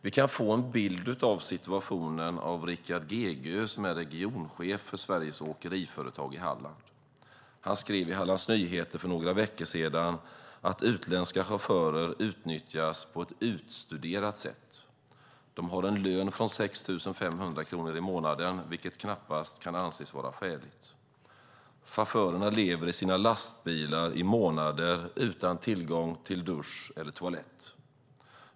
Vi kan få en bild av situationen av Rickard Gegö, som är regionchef för Sveriges Åkeriföretag i Halland. Han skrev i Hallands Nyheter för några veckor sedan att utländska chaufförer utnyttjas på ett utstuderat sätt. De har en lön från 6 500 kronor i månaden, vilket knappast kan anses vara skäligt. Chaufförerna lever i sina lastbilar i månader, utan tillgång till dusch eller toalett.